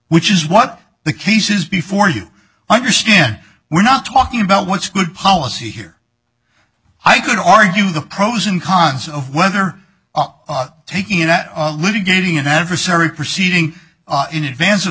which is what the case is before you understand we're not talking about what's good policy here i could argue the pros and cons of whether taking in a living getting an adversary proceeding in advance of